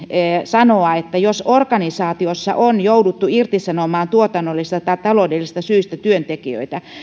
sanoa että jos organisaatiossa on jouduttu irtisanomaan tuotannollisista tai taloudellisista syistä työntekijöitä